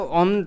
on